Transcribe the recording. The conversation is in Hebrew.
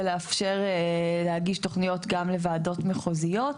ולאפשר להגיש תוכניות גם לוועדות מחוזיות,